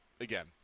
again